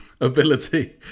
ability